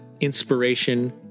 Inspiration